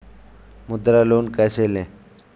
मुद्रा लोन कैसे ले?